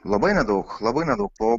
labai nedaug labai nedaug po